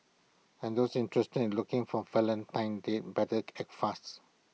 and those interested in looking for A Valentine's date better act fasts